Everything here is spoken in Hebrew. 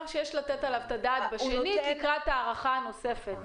שיש לתת עליו את הדעת לקראת ההארכה הנוספת.